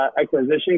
Acquisition